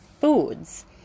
foods